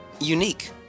unique